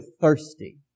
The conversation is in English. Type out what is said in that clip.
thirsty